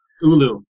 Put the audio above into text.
Ulu